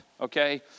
okay